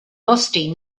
musty